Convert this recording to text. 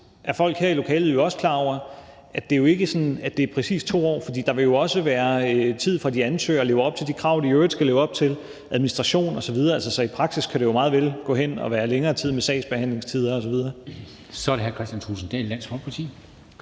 er folk her i lokalet jo også klar over – er det ikke sådan, at det præcis er 2 år, for der vil jo også være tid for de ansøgere med at leve op til de krav, de i øvrigt skal leve op til, administration osv. Så i praksis kan det jo meget vel gå hen og være længere tid med sagsbehandlingstider osv. Kl. 13:45 Formanden (Henrik